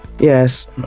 Yes